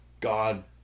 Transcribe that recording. god